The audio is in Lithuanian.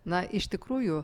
na iš tikrųjų